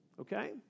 Okay